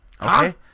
Okay